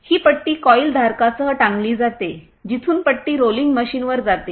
ही पट्टी कॉइल धारकासह टांगली जाते जिथून पट्टी रोलिंग मशीनवर जाते